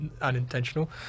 unintentional